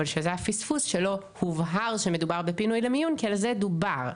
אבל שזה היה פספוס שלא הובהר שמדובר בפינוי למיון כי על זה דובר.